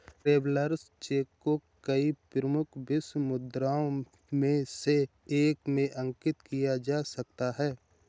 travellers cheque को कई प्रमुख विश्व मुद्राओं में से एक में अंकित किया जा सकता है